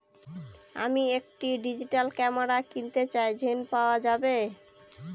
আমি একটি digital camera কিনতে চাই ঝণ পাওয়া যাবে?